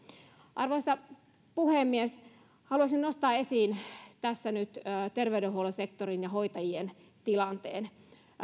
arvoisa puhemies haluaisin nostaa esiin tässä nyt terveydenhuollon sektorin ja hoitajien tilanteen